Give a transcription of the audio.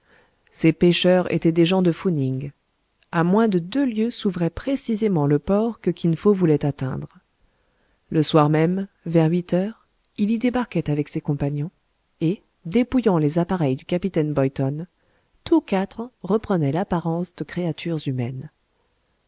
ces pêcheurs étaient des gens de fou ning a moins de deux lieues s'ouvrait précisément le port que kin fo voulait atteindre le soir même vers huit heures il y débarquait avec ses compagnons et dépouillant les appareils du capitaine boyton tous quatre reprenaient l'apparence de créatures humaines